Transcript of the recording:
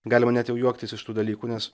galima net jau juoktis iš tų dalykų nes